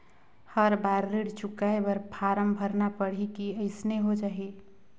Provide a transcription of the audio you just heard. हर बार ऋण चुकाय बर फारम भरना पड़ही की अइसने हो जहीं?